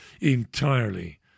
entirely